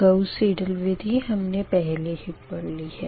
Gauss Seidel विधि हमने पहले ही पढ़ ली है